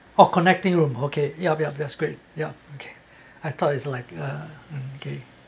oh connecting room okay yup yup that's great yeah okay I thought it's like uh okay